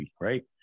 right